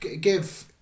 give